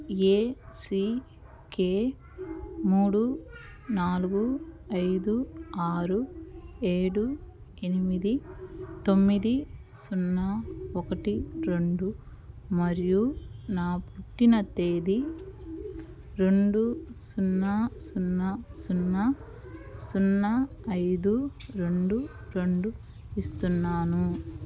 ACK మూడు నాలుగు ఐదు ఆరు ఏడు ఎనిమిది తొమ్మిది సున్నా ఒకటి రెండు మరియు నా పుట్టిన తేదీ రెండు సున్నా సున్నా సున్నా సున్నా ఐదు రెండు రెండు ఇస్తున్నాను